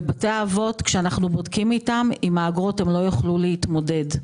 ובתי האבות לא יוכלו להתמודד עם האגרות.